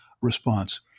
response